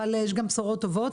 אבל יש גם בשורות טובות,